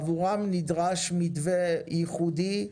עבורם נדרש מתווה ייחודי,